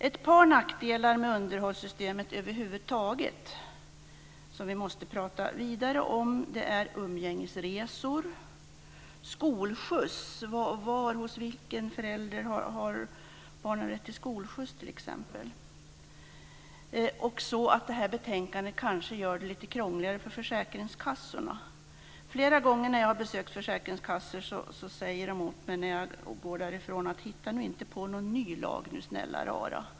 Ett par nackdelar med underhållssystemet över huvud taget som vi måste diskutera vidare är bl.a. Det här betänkandet gör det kanske lite krångligare för försäkringskassorna. Jag har besökt försäkringskassor flera gånger och där säger man: Snälla, rara, hitta nu inte på någon ny lag.